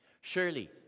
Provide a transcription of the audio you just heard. Surely